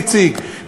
איציק,